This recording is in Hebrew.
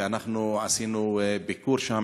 ועשינו ביקור שם,